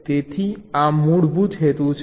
તેથી આ મૂળ હેતુ છે